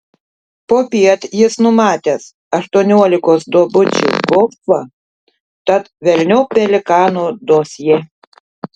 popiet jis numatęs aštuoniolikos duobučių golfą tad velniop pelikano dosjė